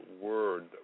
word